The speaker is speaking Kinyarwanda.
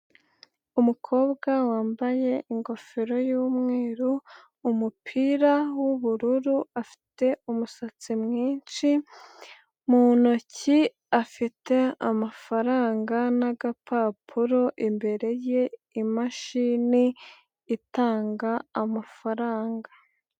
Umukobwa wambaye ingofero y'umweru, umupira w'ubururu, afite umusatsi mwinshi mu ntoki afite amafaranga n'agapapuro, imbere ye imashini, itanga amafaranga.